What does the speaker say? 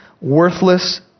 worthless